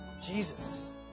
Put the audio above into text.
Jesus